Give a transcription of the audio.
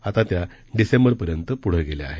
आता त्या डिसेंबरपर्यंत पुढं गेल्या आहेत